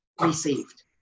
received